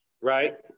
Right